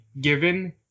given